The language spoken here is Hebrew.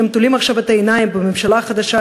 אני קוראת גם לשרה גילה גמליאל לא לשכוח את הגמלאים,